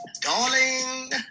Darling